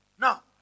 Now